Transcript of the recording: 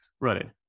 running